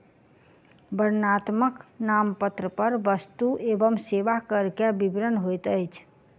वर्णनात्मक नामपत्र पर वस्तु एवं सेवा कर के विवरण होइत अछि